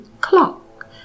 clock